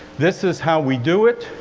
this is how we do it.